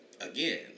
again